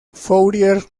fourier